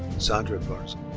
sandra garzon.